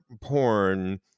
porn